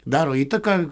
daro įtaką